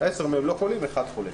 10 מהם לא חולים ואחד חולה.